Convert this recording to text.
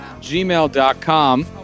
gmail.com